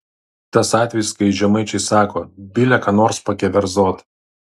tas atvejis kai žemaičiai sako bile ką nors pakeverzot